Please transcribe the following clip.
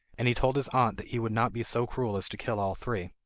and he told his aunt that he would not be so cruel as to kill all three.